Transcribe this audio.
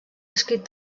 escrit